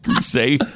Say